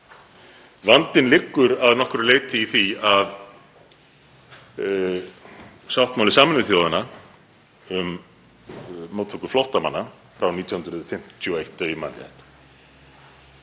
Vandinn liggur að nokkru leyti í því að sáttmáli Sameinuðu þjóðanna um móttöku flóttamanna, frá 1951, ef